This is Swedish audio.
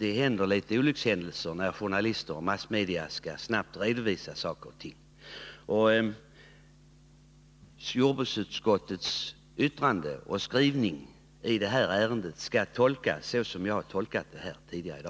ibland inträffar olyckshändelser när journalister och massmedia snabbt skall redovisa saker och ting. Jordbruksutskottets skrivning i detta ärende skall tolkas så som jag här har tolkat den tidigare i dag.